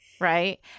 Right